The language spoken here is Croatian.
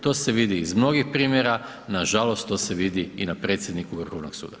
To se vidi iz mnogih primjera, nažalost to se vidi i na predsjedniku Vrhovnog suda.